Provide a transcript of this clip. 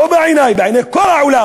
לא בעיני, בעיני כל העולם,